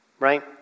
right